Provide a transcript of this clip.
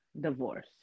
divorce